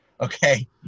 Okay